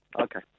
Okay